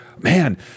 Man